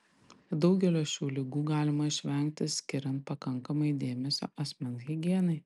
daugelio šių ligų galima išvengti skiriant pakankamai dėmesio asmens higienai